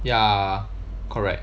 ya correct